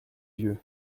vieux